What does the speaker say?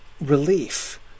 relief